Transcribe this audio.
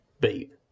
beep